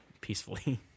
peacefully